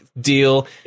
deal